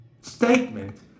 statement